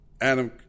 Adam